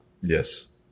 Yes